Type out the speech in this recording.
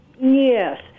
Yes